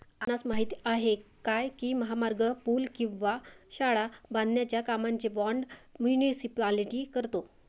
आपणास माहित आहे काय की महामार्ग, पूल किंवा शाळा बांधण्याच्या कामांचे बोंड मुनीसिपालिटी करतो?